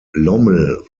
lommel